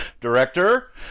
Director